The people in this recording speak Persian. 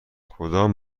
کدام